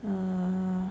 err